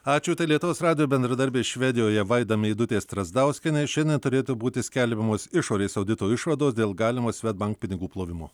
ačiū tai lietuvos radijo bendradarbė švedijoje vaida meidutė strazdauskienė šiandien turėtų būti skelbiamos išorės audito išvados dėl galimo swedbank pinigų plovimu